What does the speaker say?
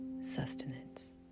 sustenance